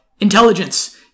intelligence